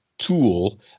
tool